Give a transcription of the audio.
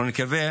אנחנו נקווה